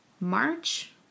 March